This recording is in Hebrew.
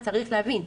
צריך להבין,